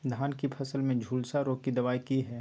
धान की फसल में झुलसा रोग की दबाय की हय?